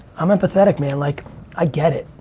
i'm empathetic, man. like i get it.